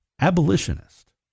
abolitionist